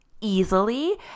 easily